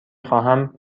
خواهم